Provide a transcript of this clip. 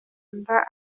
nda